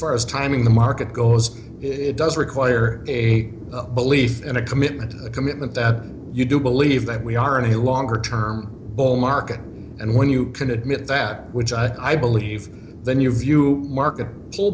far as timing the market goes it does require a belief and a commitment a commitment that you do believe that we are in a longer term bull market and when you can admit that which i believe then you view market